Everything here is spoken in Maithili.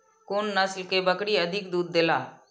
कुन नस्ल के बकरी अधिक दूध देला?